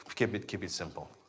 keep it keep it simple.